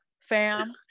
fam